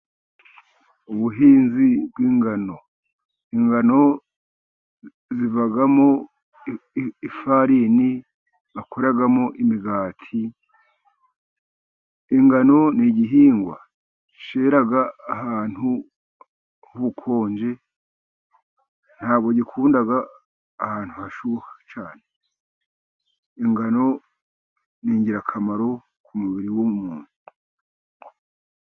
Ubuhinzi bw'ingano. Ingano zivamo ifarini bakoramo imigati, ingano ni igihingwa cyera ahantu h'ubukonje, nta bwo gikunda ahantu hashyuha cyane. Ingano ni Ingirakamaro ku mubiri w'umuntu.